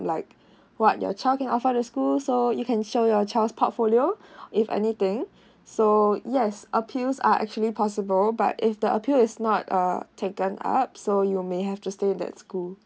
like what your child can offer the school so you can show your child's portfolio if anything so yes appeals are actually possible but if the appeal is not err taken up so you may have to stay in that school